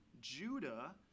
Judah